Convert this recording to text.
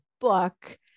book